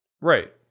right